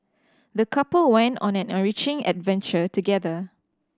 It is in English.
the couple went on an enriching adventure together